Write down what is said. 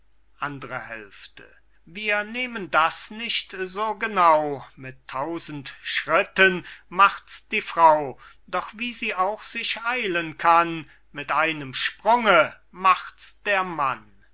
wir nehmen das nicht so genau mit tausend schritten macht's die frau doch wie sie auch sich eilen kann mit einem sprunge macht's der mann